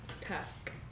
task